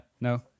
no